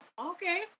Okay